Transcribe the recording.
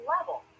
level